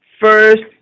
first